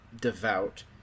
devout